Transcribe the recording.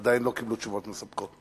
עדיין לא קיבלו תשובות מספקות.